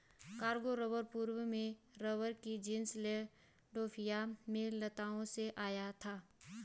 Congo rubber पूर्व में rubber का जीनस लैंडोल्फिया में लताओं से आया था